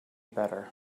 better